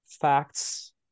facts